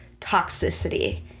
toxicity